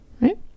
right